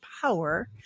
power